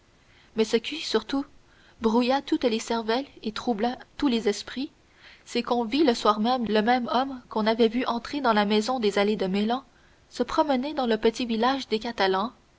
mais ce qui surtout brouilla toutes les cervelles et troubla tous les esprits c'est qu'on vit le soir même le même homme qu'on avait vu entrer dans la maison des allées de meilhan se promener dans le petit village des catalans